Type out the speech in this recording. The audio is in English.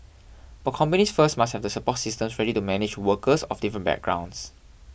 but companies first must have the support systems ready to manage workers of different backgrounds